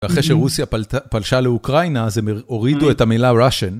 אחרי שרוסיה פלשה לאוקראינה, אז הם הורידו את המילה ראשן.